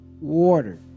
water